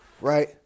right